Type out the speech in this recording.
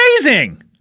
amazing